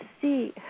see